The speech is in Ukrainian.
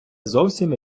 зовсім